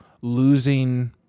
losing